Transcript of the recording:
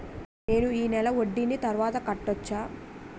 నేను ఈ నెల వడ్డీని తర్వాత కట్టచా?